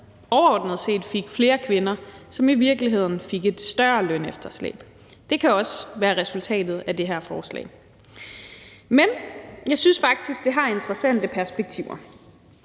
overordnet set fik flere kvinder, som i virkeligheden fik et større lønefterslæb. Det kan også være resultatet af det her forslag. Men jeg synes faktisk, det har interessante perspektiver.